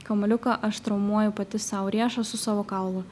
kamuoliuką aš traumuoju pati sau riešą su savo kaulu